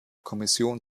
kommission